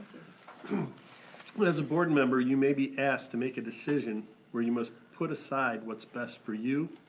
um but as a board member, you may be asked to make a decision where you must put aside what's best for you,